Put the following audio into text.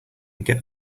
get